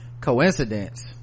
coincidence